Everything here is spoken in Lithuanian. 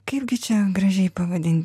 kaipgi čia gražiai pavadinti